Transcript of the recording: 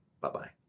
Bye-bye